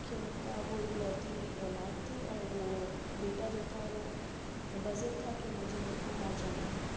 کہ اُن کا وہ اِکلوتی اولاد تھی اور وہ بیٹا جو تھا وہ بہ ضد تھا کہ مجھے باہر جانا ہے